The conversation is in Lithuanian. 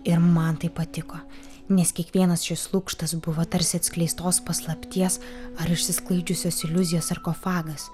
ir man tai patiko nes kiekvienas šis lukštas buvo tarsi atskleistos paslapties ar išsisklaidžiusios iliuzijos sarkofagas